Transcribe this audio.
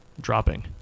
dropping